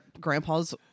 grandpa's